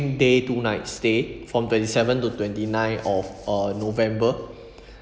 day two night stay from twenty seven to twenty nine of uh november